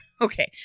Okay